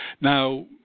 now